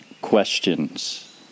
questions